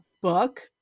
book